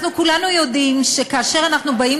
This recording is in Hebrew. אנחנו כולנו יודעים שכאשר אנחנו באים